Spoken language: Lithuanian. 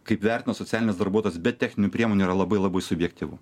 kaip vertina socialinis darbuotojas be techninių priemonių yra labai labai subjektyvu